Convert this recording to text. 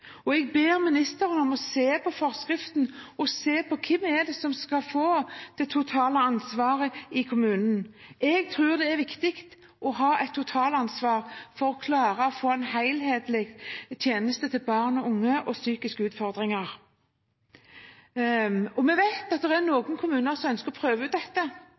og jeg ber ministeren om å se på forskriften og se på hvem det er som skal få det totale ansvaret i kommunen. Jeg tror det er viktig å ha et totalansvar for å klare å få en helhetlig tjeneste til barn og unge med psykiske utfordringer. Vi vet at det er noen kommuner som ønsker å prøve ut dette,